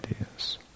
ideas